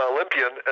Olympian